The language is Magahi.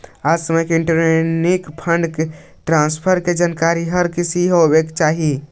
आज के समय में इलेक्ट्रॉनिक फंड ट्रांसफर की जानकारी हर किसी को होवे चाही